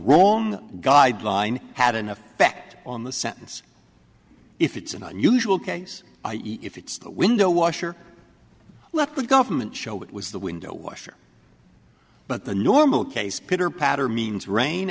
wrong guideline had an effect on the sentence if it's an unusual case i e if it's the window washer let the government show it was the window washer but the normal case pitter patter means rain